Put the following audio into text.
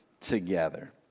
together